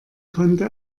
konnte